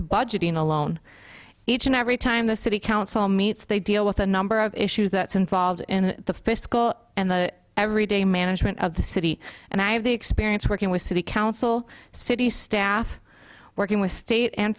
to budgeting alone each and every time the city council meets they deal with a number of issues that's involved in the fiscal and the every day management of the city and i have the experience working with city council city staff working with state and